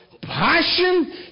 passion